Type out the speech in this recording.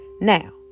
Now